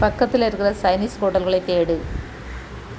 பக்கத்தில் இருக்கிற சைனீஸ் ஹோட்டல்களை தேடு